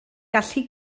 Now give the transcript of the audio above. gallu